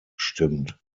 gestimmt